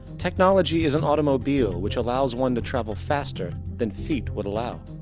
technology is an automobile, which allows one to travel faster than feet would allow.